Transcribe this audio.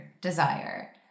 desire